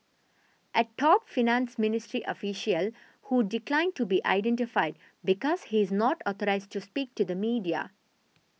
a top finance ministry official who declined to be identified because he is not authorised to speak to the media